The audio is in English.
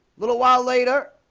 little while later